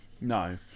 no